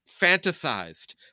fantasized